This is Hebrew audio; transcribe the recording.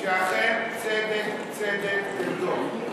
שאכן צדק צדק תרדוף.